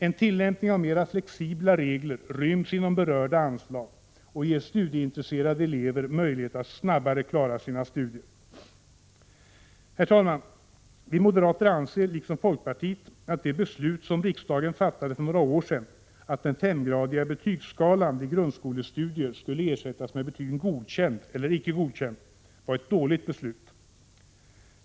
En tillämpning av mer flexibla regler ryms inom berörda anslag och ger studieintresserade elever — Prot. 1986/87:127 möjlighet att snabbare klara sina studier. 20 maj 1987 Herr talman! Vi moderater anser liksom folkpartiet att det beslut som riksdagen fattade för några år sedan, att den femgradiga betygsskalan vid grundskolestudier skulle ersättas med betygen godkänd eller icke godkänd, var ett dåligt beslut.